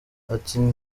ati